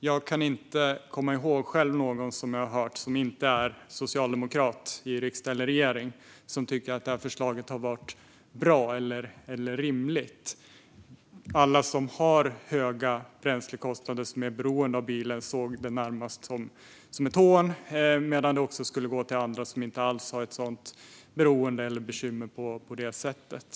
Jag kan inte komma ihåg att jag hört någon som inte är socialdemokrat i riksdag eller regering tycka att förslaget var bra eller rimligt. Alla som har höga bränslekostnader och är beroende av bilen såg det närmast som ett hån, samtidigt som det också skulle gå till andra som inte alls har ett sådant beroende eller bekymmer på det sättet.